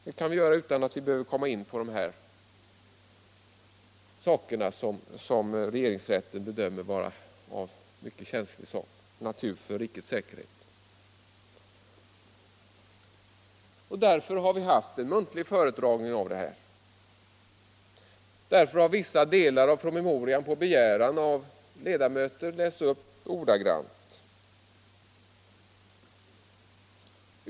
Det kan vi göra utan att vi behöver komma in på de saker som regeringsrätten bedömer vara av mycket känslig natur för rikets säkerhet. Därför har vi haft en muntlig föredragning. Därför har vissa delar av promemorian på begäran av ledamöter lästs upp ordagrant.